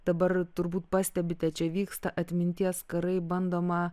dabar turbūt pastebite čia vyksta atminties karai bandoma